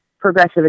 progressive